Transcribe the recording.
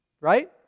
Right